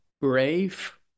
brave